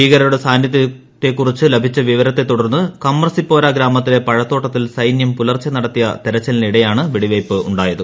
ഭീക്രരുടെ സാന്നിധ്യത്തെക്കുറിച്ച് ലഭിച്ച വിവരത്തെ തുടൂർണ് ക്രമസിപ്പോര ഗ്രാമത്തിലെ പഴത്തോട്ടത്തിൽ സൈന്യൂം പുലർച്ചെ നടത്തിയ തെരച്ചിലിനിടെയാണ് വെടിവയ്പ്പ് ഉണ്ടായത്